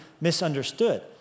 misunderstood